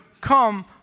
come